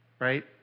right